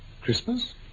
Christmas